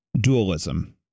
dualism